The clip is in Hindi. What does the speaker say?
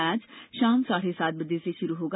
मैच शाम साढ़े सात बजे से शुरू होगा